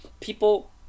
people